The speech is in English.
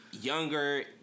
younger